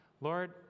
lord